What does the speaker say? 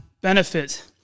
benefit